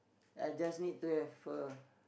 I just need to have a